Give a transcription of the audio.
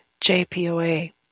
JPOA